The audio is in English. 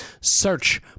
Search